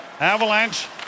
Avalanche